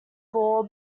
ball